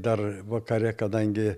dar vakare kadangi